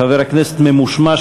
חבר כנסת ממושמע,